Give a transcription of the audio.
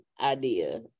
idea